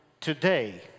today